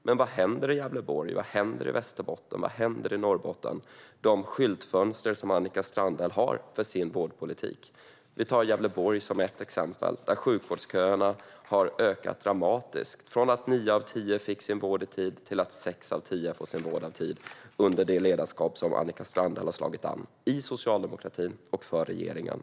Men vad händer i Gävleborg, i Västerbotten, i Norrbotten, i de skyltfönster som Annika Strandhäll har för sin vårdpolitik? Vi tar Gävleborg som exempel. Där har sjukvårdsköerna ökat dramatiskt - från att nio av tio fick vård i tid till att sex av tio får vård i tid - under det ledarskap som Annika Strandhäll har slagit an tonen för i socialdemokratin och i regeringen.